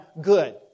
good